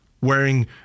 wearing